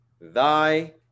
thy